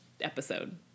episode